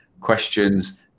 questions